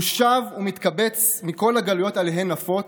הוא שב ומתקבץ מכל הגלויות שאליהן נפוץ,